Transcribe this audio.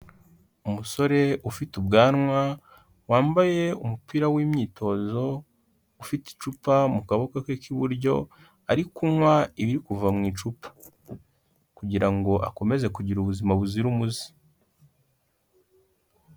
Umusore ufite ubwanwa wambaye umupira w'imyitozo ufite icupa mu kaboko ke k'iburyo, ari kunywa ibiri kuva mu icupa kugira ngo akomeze kugira ubuzima buzira umuze.